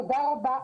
תודה רבה.